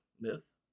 myth